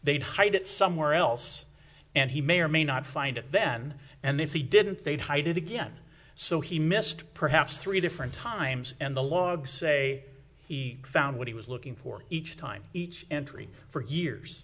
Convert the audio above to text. they'd hide it somewhere else and he may or may not find it then and if he didn't they'd hide it again so he missed perhaps three different times and the logs say he found what he was looking for each time each entry for years